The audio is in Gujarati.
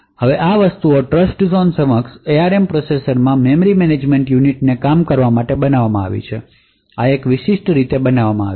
હવે આ વસ્તુઓ ટ્રસ્ટઝોન સક્ષમ એઆરએમ પ્રોસેસરમાં મેમરી મેનેજમેન્ટ યુનિટને કામ કરવા માટે બનાવવા માટે એક વિશિષ્ટ રીતે બનાવવામાં આવી છે